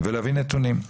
ולהביא נתונים.